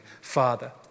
Father